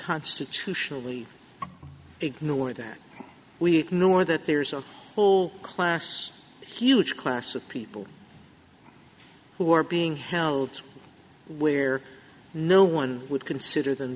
constitutionally ignore that we ignore that there's a whole class huge class of people who are being held where no one would consider them